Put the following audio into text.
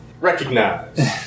Recognize